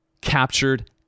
captured